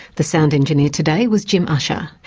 the sound engineer today was jim ussher.